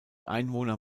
einwohner